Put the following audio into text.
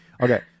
Okay